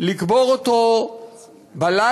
לקבור אותו בלילה,